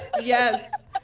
Yes